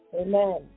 Amen